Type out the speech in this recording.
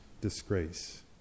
disgrace